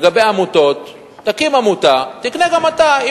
לגבי העמותות, תקים עמותה ותקנה גם אתה.